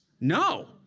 No